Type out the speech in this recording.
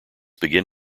began